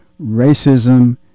racism